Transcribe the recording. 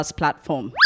platform